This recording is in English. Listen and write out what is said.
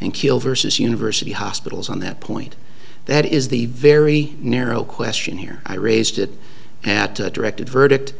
and kill versus university hospitals on that point that is the very narrow question here i raised it at a directed verdict